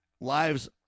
Lives